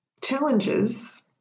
challenges